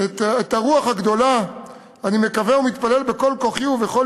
את הרוח הגדולה: "אני מקווה ומתפלל בכל כוחי ובכל